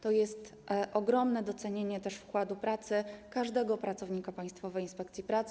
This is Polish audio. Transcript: To jest ogromne docenienie też wkładu pracy każdego pracownika Państwowej Inspekcji Pracy.